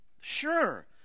Sure